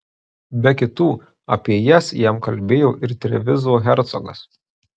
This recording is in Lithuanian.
be kitų apie jas jam kalbėjo ir trevizo hercogas